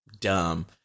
dumb